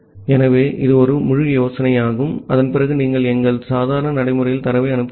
ஆகவே இது முழு யோசனையாகும் அதன் பிறகு நீங்கள் எங்கள் சாதாரண நடைமுறையில் தரவை அனுப்புகிறீர்கள்